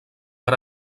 per